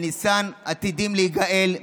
בניסן עתידים להיגאל,